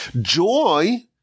Joy